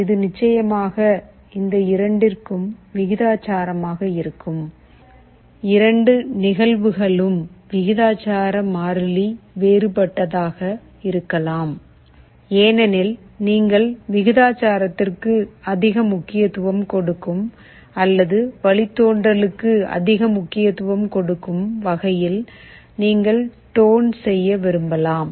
எனவே இது நிச்சயமாக இந்த இரண்டிற்கும் விகிதாசாரமாக இருக்கும் இரண்டு நிகழ்வுகளும் விகிதாசார மாறிலி வேறுபட்டதாக இருக்கலாம் ஏனெனில் நீங்கள் விகிதாசாரத்திற்கு அதிக முக்கியத்துவம் கொடுக்கும் அல்லது வழித்தோன்றலுக்கு அதிக முக்கியத்துவம் கொடுக்கும் வகையில் நீங்கள் டோன் செய்ய விரும்பலாம்